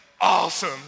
awesome